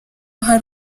hari